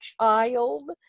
child